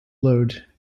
load